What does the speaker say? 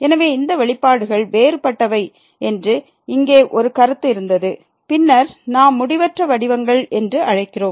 எனவே இந்த வெளிப்பாடுகள் வேறுபட்டவை என்று இங்கே ஒரு கருத்து இருந்தது பின்னர் நாம் முடிவற்ற வடிவங்கள் என்று அழைக்கிறோம்